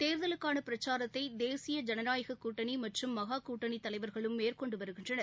தேர்தலுக்கான பிரச்சாரத்தை தேசிய ஜனநாயகக் கூட்டணி மற்றும் மன கூட்டணி தலைவர்களும் மேற்கொண்டு வருகின்றனர்